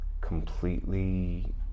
completely